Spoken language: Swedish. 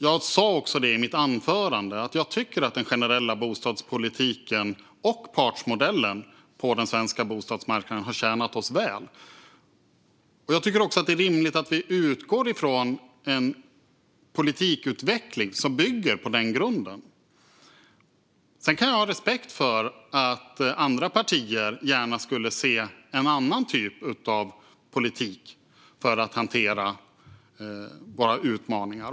Jag sa i mitt anförande att jag tycker att den generella bostadspolitiken och partsmodellen på den svenska bostadsmarknaden har tjänat oss väl. Jag tycker också att det är rimligt att vi utgår från en politikutveckling som bygger på en sådan grund. Visst kan jag ha respekt för att andra partier gärna skulle se en annan typ av politik för att hantera våra utmaningar.